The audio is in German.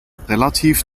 relativ